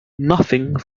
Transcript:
nothing